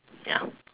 ya